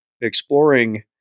exploring